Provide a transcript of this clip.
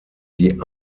die